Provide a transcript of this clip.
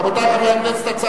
רבותי חברי הכנסת,